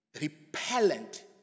repellent